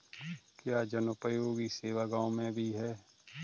क्या जनोपयोगी सेवा गाँव में भी है?